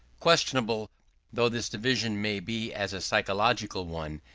questionable though this division may be as a psychological one,